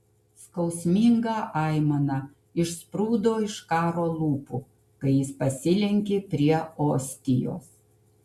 skausminga aimana išsprūdo iš karo lūpų kai jis pasilenkė prie ostijos